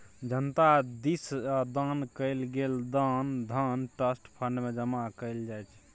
जनता दिस सँ दान कएल गेल धन ट्रस्ट फंड मे जमा कएल जाइ छै